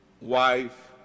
wife